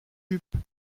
jupes